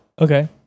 Okay